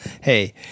hey